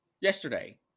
yesterday